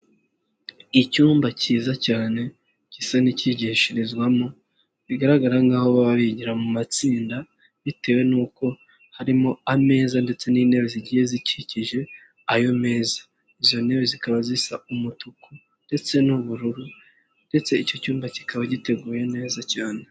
Icyumba cyiza cyane, gisa n'icyigishirizwamo, bigaragara nkaho baba bigira mu matsinda, bitewe nuko harimo ameza ndetse n'intebe zigiye zikikije ayo meza. Izo ntebe zikaba zisa umutuku ndetse n'ubururu ndetse icyo cyumba kikaba giteguye neza cyane.